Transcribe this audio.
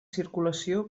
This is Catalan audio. circulació